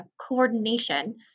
coordination